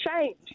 change